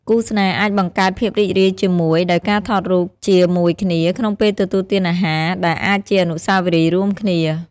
គូស្នេហ៍អាចបង្កើតភាពរីករាយជាមួយ ដោយការថតរូបជាមួយគ្នាក្នុងពេលទទួលទានអាហារ ដែលអាចជាអនុស្សាវរីយ៍រួមគ្នា។